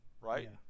Right